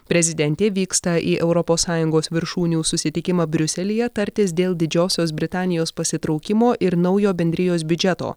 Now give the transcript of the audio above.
prezidentė vyksta į europos sąjungos viršūnių susitikimą briuselyje tartis dėl didžiosios britanijos pasitraukimo ir naujo bendrijos biudžeto